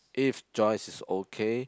if Joyce is okay